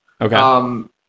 Okay